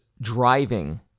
driving